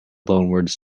loanwords